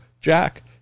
Jack